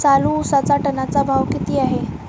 चालू उसाचा टनाचा भाव किती आहे?